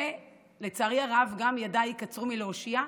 ולצערי הרב גם ידיי קצרו מלהושיע,